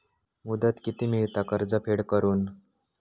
मुदत किती मेळता कर्ज फेड करून?